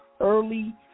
early